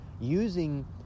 using